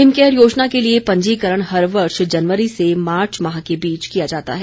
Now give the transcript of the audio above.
him care योजना के लिए पंजीकरण हर वर्ष जनवरी से मार्च माह के बीच किया जाता है